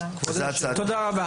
תודה רבה.